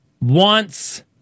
wants